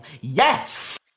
Yes